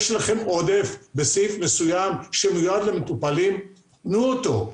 אם יש לכן עודף בסעיף מסוים שמיועד למטופלים - תנו אותו,